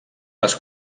les